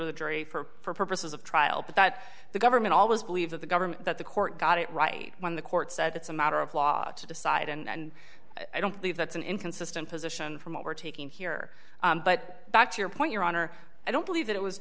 to the jury for purposes of trial but that the government always believe that the government that the court got it right when the court said it's a matter of law to decide and i don't believe that's an inconsistent position from what we're taking here but back to your point your honor i don't believe that it was